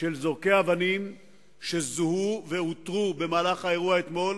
של זורקי אבנים שזוהו ואותרו במהלך האירוע אתמול.